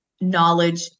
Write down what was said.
knowledge